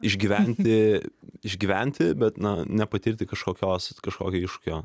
išgyventi išgyventi bet na nepatirti kažkokios kažkokio iššūkio